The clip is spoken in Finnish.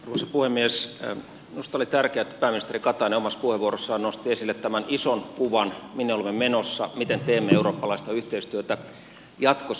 minusta oli tärkeätä että pääministeri katainen omassa puheenvuorossaan nosti esille tämän ison kuvan minne olemme menossa miten teemme eurooppalaista yhteistyötä jatkossa